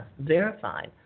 verified